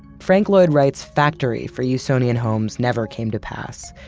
frank lloyd wright's factory for usonian homes never came to pass,